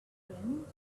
friends